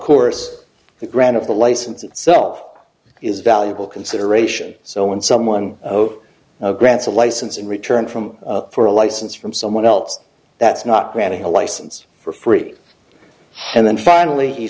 course the grant of the license itself is valuable consideration so when someone grants a license in return from for a license from someone else that's not granting a license for free and then finally he